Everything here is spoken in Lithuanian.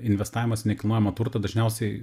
investavimas nekilnojamo turto dažniausiai